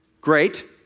great